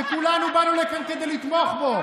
שכולנו באנו לכאן כדי לתמוך בו,